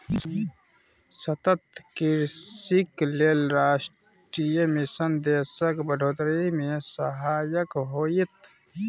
सतत कृषिक लेल राष्ट्रीय मिशन देशक बढ़ोतरी मे सहायक होएत